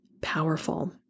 powerful